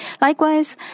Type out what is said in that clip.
Likewise